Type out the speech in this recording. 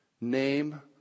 name